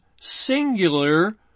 singular